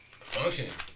functions